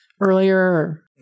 earlier